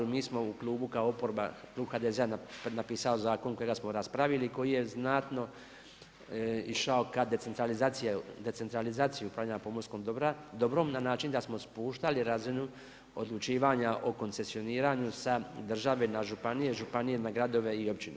Mi smo u klubu kao oporba, Klub HDZ-a napisao zakon kojega smo raspravili, koji je znatno išao ka centralizaciji, decentralizaciju upravljanja pomorskog dobrom, na način da smo spuštali razinu odlučivanja koncesijoniranja, sa država na županiju, županiju na gradove i općine.